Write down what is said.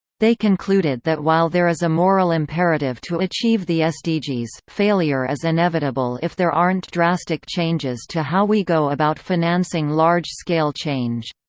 they concluded that while there is a moral imperative to achieve the sdgs, failure is inevitable if there aren't drastic changes to how we go about financing large scale change.